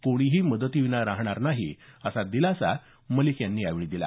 कोणीही मदतीविना राहणार नाही असा दिलासा मलिक यांनी दिला